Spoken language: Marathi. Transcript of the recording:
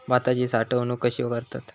भाताची साठवूनक कशी करतत?